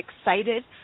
excited